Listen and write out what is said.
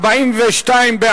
סעיף 2 נתקבל.